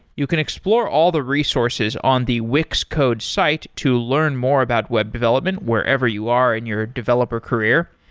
you can explore all the resources on the wix code's site to learn more about web development wherever you are in your developer career.